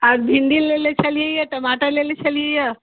आओर भिंडी लेने छली यए टमाटर लेने छली यए